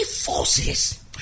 forces